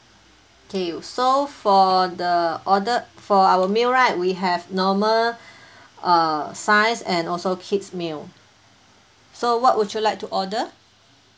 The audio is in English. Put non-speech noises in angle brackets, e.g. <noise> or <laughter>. okay so for the order for our meal right we have normal <breath> uh size and also kids' meal so what would you like to order